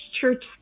church